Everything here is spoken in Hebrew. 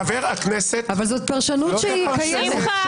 חבר הכנסת -- אבל זאת פרשנות קיימת.